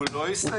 הוא לא הסתיים.